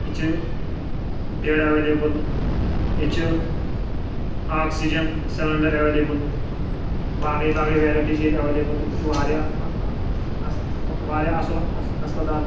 ییٚتہِ چھِ bed available ییٚتہِ چھِ آکسیجَن سٕلیٚنٛڈَر ایٚولیبٕل باقٕے باقٕے ویرایٹی چھِ ییٚتہِ ایٚولیبٕل ییٚتہِ چھِ واریاہ اصٕل واریاہ اصٕل ہَسپَتال